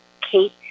Kate